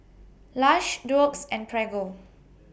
Lush Doux and Prego